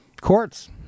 courts